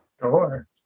Sure